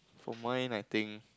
for mine I think